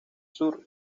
sur